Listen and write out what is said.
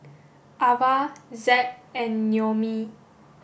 Avah Zack and Noemie